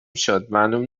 شد، معلوم